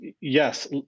Yes